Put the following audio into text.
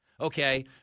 okay